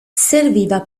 serviva